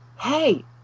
hey